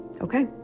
Okay